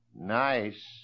nice